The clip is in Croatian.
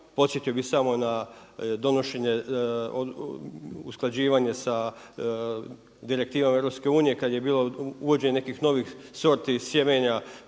podsjetio bi samo na donošenje, usklađivanje direktiva EU-a kad je bilo uvođenje nekih novih sorti, sjemenja